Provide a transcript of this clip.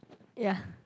ya